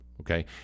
okay